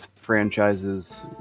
franchises